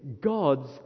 God's